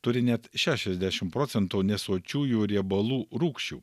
turi net šešiasdešim procentų nesočiųjų riebalų rūgščių